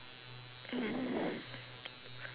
mm